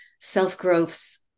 self-growth's